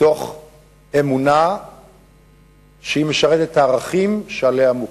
מתוך אמונה שהיא משרתת את הערכים שעליהם הוקמה.